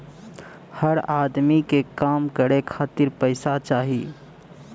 हर अदमी के काम करे खातिर पइसा चाही